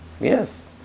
Yes